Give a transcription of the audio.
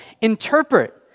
interpret